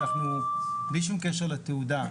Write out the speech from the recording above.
בלי שום קשר לתעודה,